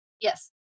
Yes